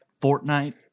Fortnite